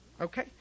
okay